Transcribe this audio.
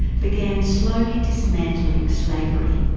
began slowly dismantling slavery,